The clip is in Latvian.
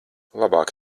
labāk